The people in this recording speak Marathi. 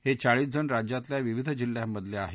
हे चाळीसजण राज्यातल्या विविध जिल्ह्यांमधले आहेत